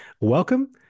Welcome